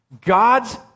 God's